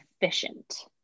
efficient